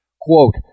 Quote